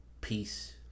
peace